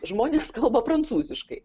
žmonės kalba prancūziškai